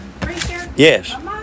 Yes